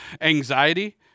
anxiety